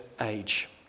age